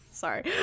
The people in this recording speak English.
sorry